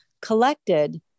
collected